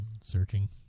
Searching